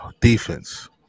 Defense